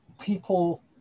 people